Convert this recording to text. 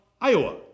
Iowa